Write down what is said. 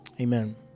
Amen